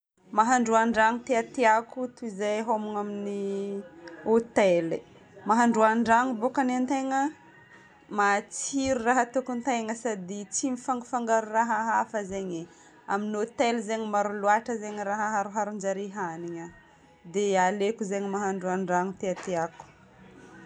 Mahandro andrano ty tiako toy izay homagna amin'ny hotely. Mahandro andrano bokany antegna matsiro raha atokon-tegna sady tsy mifangafangaro raha hafa zegny e. Amin'ny hotely zegny maro loatra raha aharoharon-jare hanigna. Dia aleoko zegny mahandro andrano ty tiako.